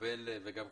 וגם ככנסת,